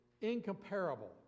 incomparable